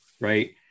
right